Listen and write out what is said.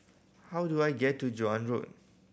how do I get to Joan Road